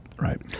Right